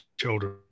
children